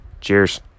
Cheers